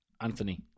Anthony